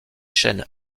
chaînes